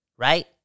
right